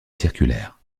circulaire